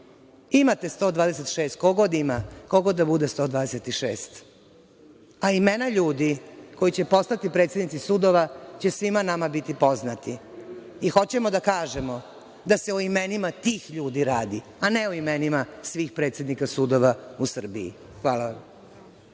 Imate 126, ko god ima, ko god da bude 126, a imena ljudi koji će postati predsednici sudova će svima nama biti poznati i hoćemo da kažemo da se o imenima tih ljudi radi, a ne o imenima svih predsednika sudova u Srbiji. Hvala.